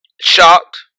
shocked